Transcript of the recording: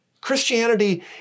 Christianity